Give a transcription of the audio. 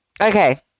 okay